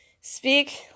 speak